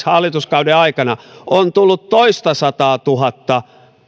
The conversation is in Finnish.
hallituskauden aikana on tullut toistasataatuhatta